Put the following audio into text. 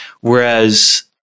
Whereas